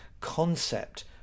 concept